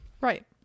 Right